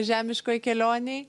žemiškoj kelionėj